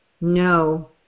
No